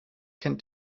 kennt